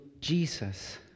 Jesus